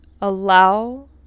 allow